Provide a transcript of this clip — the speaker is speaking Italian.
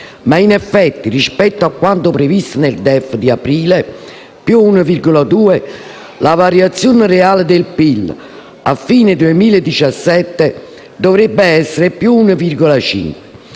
ma, in effetti, rispetto a quanto previsto nel DEF di aprile (+1,2 per cento), la variazione reale del PIL, a fine 2017, dovrebbe essere pari +1,5